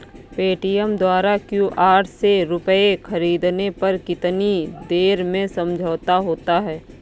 Paytm द्वारा QR से रूपए ख़रीदने पर कितनी देर में समझौता होता है?